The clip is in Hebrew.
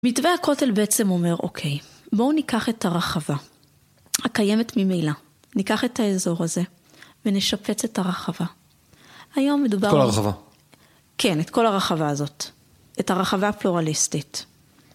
מתווה הכותל בעצם אומר, אוקיי, בואו ניקח את הרחבה הקיימת ממילא, ניקח את האזור הזה, ונשפץ את הרחבה. היום מדובר... את כל הרחבה. כן, את כל הרחבה הזאת, את הרחבה הפלורליסטית.